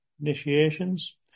initiations